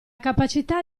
capacità